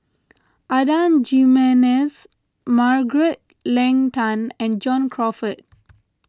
Adan Jimenez Margaret Leng Tan and John Crawfurd